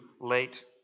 late